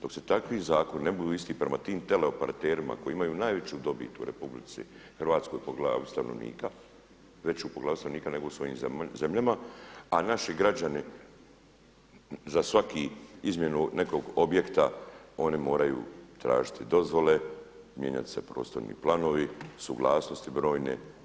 Dok takvi zakoni ne budu isti prema tim teleoperaterima koji imaju najveću dobit u RH po glavi stanovnika, veću po glavi stanovnika nego u svojim zemljama, a naši građani za svaku izmjenu nekog objekta oni moraju tražiti dozvole, mijenjaju se prostorni planovi, suglasnosti brojne.